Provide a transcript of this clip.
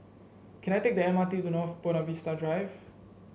can I take the M R T to North Buona Vista Drive